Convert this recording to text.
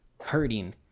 hurting